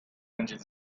engine